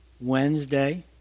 Wednesday